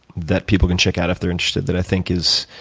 that people can check out if they're interested that i think is